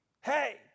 Hey